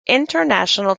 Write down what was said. international